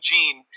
Gene